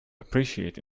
appreciate